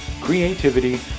creativity